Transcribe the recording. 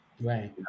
right